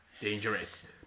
Dangerous